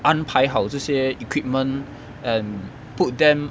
安排好这些 equipment and put them